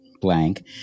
blank